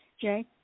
Jay